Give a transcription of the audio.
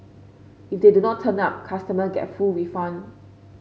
if they do not turn up customers get full refund